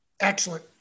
Excellent